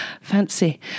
fancy